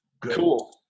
Cool